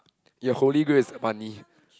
your holy grail is funny